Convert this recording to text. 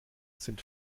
sind